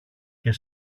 και